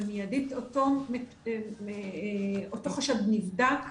במיידית אותו חשד נבדק.